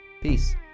peace